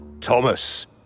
Thomas